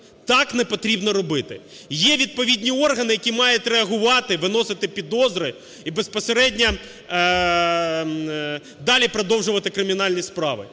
так не потрібно робити. Є відповідні органи, які мають реагувати, виносити підозри і, безпосередньо, далі продовжувати кримінальні справи.